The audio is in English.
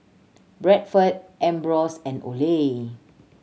Bradford Ambros and Olay